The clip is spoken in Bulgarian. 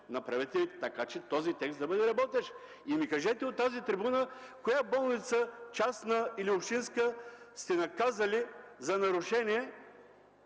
направете така, че да бъде работещ! И ни кажете от тази трибуна коя болница – частна или общинска, сте наказали за нарушение,